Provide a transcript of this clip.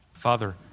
Father